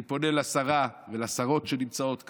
אני פונה לשרה ולשרות שנמצאות כאן,